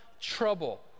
trouble